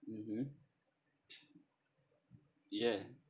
mmhmm ya